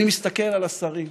אני מסתכל על השרים,